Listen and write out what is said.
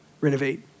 renovate